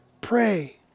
pray